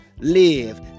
Live